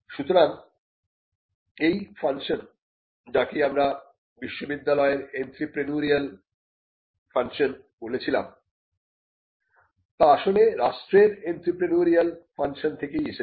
সুতরাং এই ফাংশন যাকে আমরা বিশ্ববিদ্যালয়ের এন্ত্রেপ্রেনিউরিয়াল ফাংশন বলেছিলাম তা আসলে রাষ্ট্রের এন্ত্রেপ্রেনিউরিয়াল ফাংশন থেকেই এসেছে